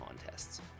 contests